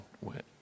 went